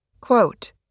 Quote